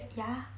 ya